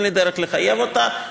אין לי דרך לחייב אותה.